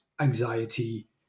anxiety